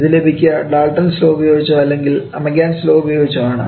ഇത് ലഭിക്കുക Dalton's law ഉപയോഗിച്ചോ അല്ലെങ്കിൽ അമഗ്യാറ്റ്സ് ലോ ഉപയോഗിച്ചോ ആണ്